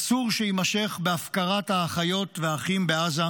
אסור שיימשך בהפקרת האחיות והאחים בעזה,